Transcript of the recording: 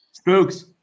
Spooks